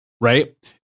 Right